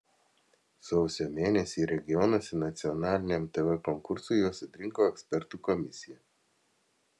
sausio mėnesį regionuose nacionaliniam tv konkursui juos atrinko ekspertų komisija